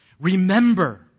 Remember